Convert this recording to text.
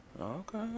Okay